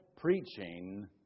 preaching